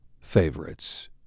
favorites